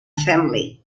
family